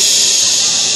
ששש.